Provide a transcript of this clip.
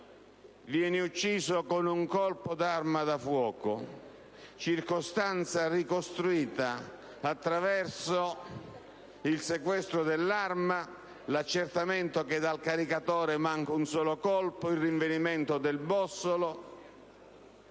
venga ucciso con un colpo di arma da fuoco, circostanza ricostruita attraverso il sequestro dell'arma, l'accertamento che dal caricatore manca un solo colpo, il rinvenimento del bossolo